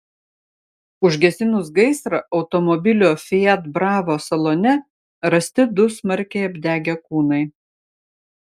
užgesinus gaisrą automobilio fiat bravo salone rasti du smarkiai apdegę kūnai